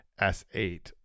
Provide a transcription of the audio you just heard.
S8